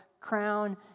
crown